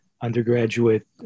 undergraduate